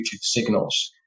signals